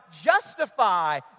justify